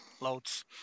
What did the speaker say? Loads